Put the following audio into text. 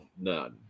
none